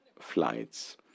flights